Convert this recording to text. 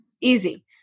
Easy